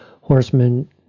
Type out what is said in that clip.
horsemen